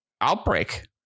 Outbreak